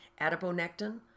Adiponectin